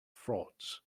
frauds